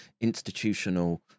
institutional